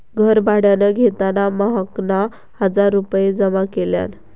घर भाड्यान घेताना महकना हजार रुपये जमा केल्यान